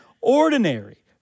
ordinary